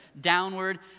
downward